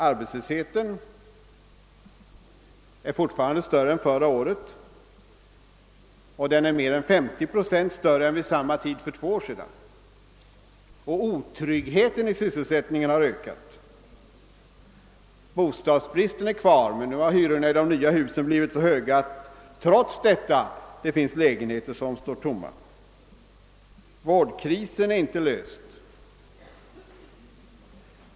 Arbetslösheten är fortfarande större än förra året, och den är mer än 50 procent större än vid samma tid för två år sedan. Otryggheten i sysselsättningen har ökat. Bostadsbristen finns kvar men nu har hyrorna i de nya husen blivit så höga att det trots bostadsbristen finns lägenheter som står tomma. Vårdkrisen är inte löst.